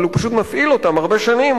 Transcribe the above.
אבל הוא פשוט מפעיל אותן הרבה שנים,